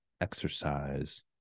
exercise